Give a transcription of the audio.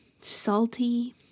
salty